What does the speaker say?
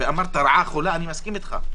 אמרת רעה חולה מסכים אתך,